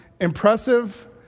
Impressive